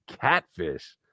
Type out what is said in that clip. catfish